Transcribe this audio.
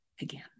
again